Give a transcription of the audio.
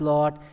Lord